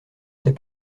sais